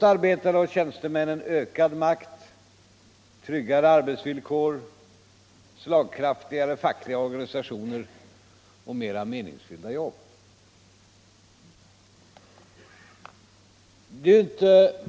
arbetare och tjänstemän en ökad makt, tryggare arbetsvillkor, slagkraftigare fackliga organisationer och mera meningsfyllda jobb.